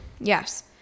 Yes